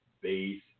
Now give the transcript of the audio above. base